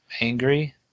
angry